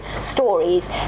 stories